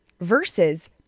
versus